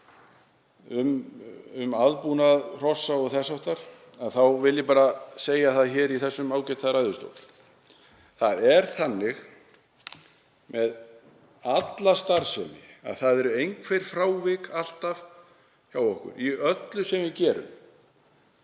um aðbúnað hrossa og þess háttar þá vil ég bara segja hér í þessum ágæta ræðustól: Það er þannig með alla starfsemi að það eru alltaf einhver frávik hjá okkur, í öllu sem við gerum.